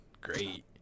great